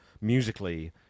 musically